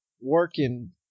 working